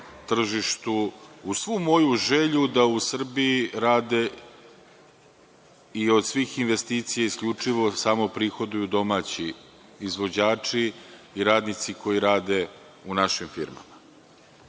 tržištu, uz svu moju želju da u Srbiji rade i od svih investicija isključivo samo prihoduju domaći izvođači i radnici koji rade u našim firmama. Možda